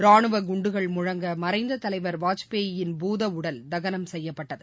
ராணுவ குண்டுகள் முழங்க மறைந்த தலைவர் வாஜ்பாயின் பூதஉடல் தகனம் செய்யப்பட்டது